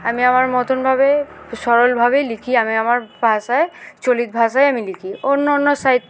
আমি আমার মতনভাবে সরলভাবেই লিখি আমি আমার ভাষায় চলিত ভাষায় আমি লিখি অন্য অন্য সাহিত